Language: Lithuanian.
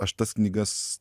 aš tas knygas